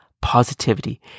positivity